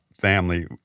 family